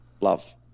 love